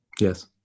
Yes